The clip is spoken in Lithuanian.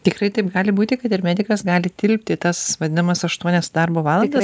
tikrai taip gali būti kad ir medikas gali tilpti į tas vadinamas aštuonias darbo valandas